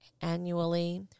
annually